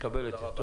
תקבל את זה.